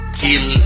kill